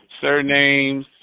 Surnames